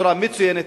בצורה מצוינת,